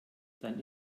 dann